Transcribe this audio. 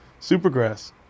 Supergrass